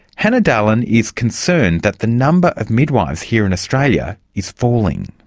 hannah dahlen is concerned that the number of midwives here in australia is falling.